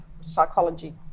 psychology